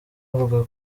avuga